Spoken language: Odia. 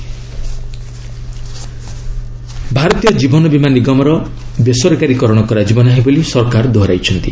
ଏଲ୍ଆଇସି ଭାରତୀୟ କ୍ରୀବନବିମା ନିଗମର ବେସରକାରୀ କରଣ କରାଯିବ ନାହିଁ ବୋଲି ସରକାର ଦୋହରାଇଛନ୍ତି